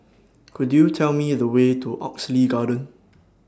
Could YOU Tell Me The Way to Oxley Garden